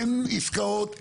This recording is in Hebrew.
אין עסקאות,